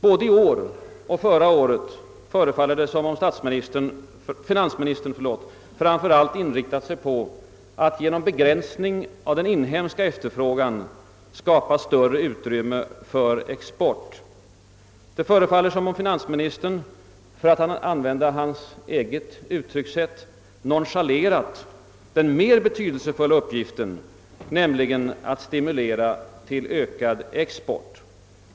Både i år och förra året förefaller det som om finansministern framför allt inriktat sig på att genom begränsning av den inhemska efterfrågan skapa större utrymme för exporten. Det förefaller som om finansministern för att använda hans eget uttryckssätt, »nonchalerat» den mer betydelsefulla uppgiften, nämligen att stimulera till en ökning av exporten.